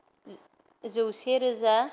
जौसे रोजा